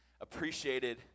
appreciated